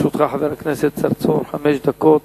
חבר הכנסת צרצור, לרשותך חמש דקות.